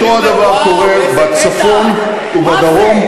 אותו הדבר קורה בצפון ובדרום.